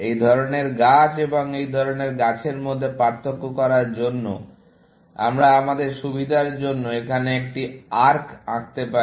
এই ধরণের গাছ এবং এই ধরণের গাছের মধ্যে পার্থক্য করার জন্য আমরা আমাদের সুবিধার জন্য এখানে একটি আর্ক্ আঁকতে পারি